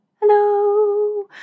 hello